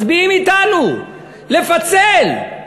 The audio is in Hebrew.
מצביעים אתנו, לפצל.